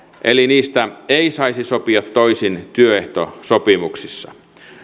eli niistä ei saisi sopia toisin työehtosopimuksissa